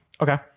Okay